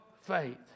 faith